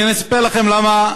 אני אספר לכם למה